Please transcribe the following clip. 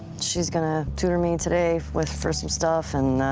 she's going to tutor me today with first some stuff, and